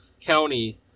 county